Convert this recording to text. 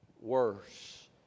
worse